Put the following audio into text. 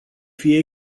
fie